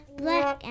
black